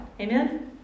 Amen